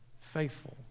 faithful